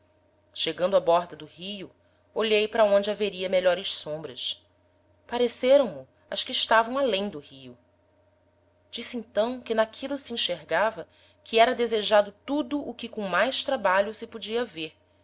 chegando á borda do rio olhei para onde haveria melhores sombras pareceram mo as que estavam além do rio disse então que n'aquilo se enxergava que era desejado tudo o que com mais trabalho se podia haver